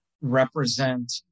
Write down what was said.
represent